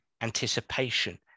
anticipation